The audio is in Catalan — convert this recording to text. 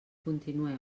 continueu